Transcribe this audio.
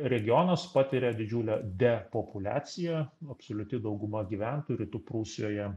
regionas patiria didžiulę depopuliaciją absoliuti dauguma gyventojų rytų prūsijoje